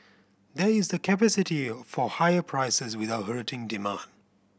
there is the capacity for higher prices without hurting demand